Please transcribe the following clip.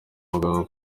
muganga